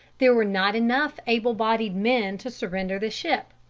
there were not enough able-bodied men to surrender the ship.